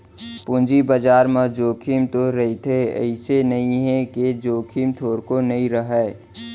पूंजी बजार म जोखिम तो रहिथे अइसे नइ हे के जोखिम थोरको नइ रहय